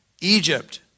Egypt